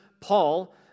Paul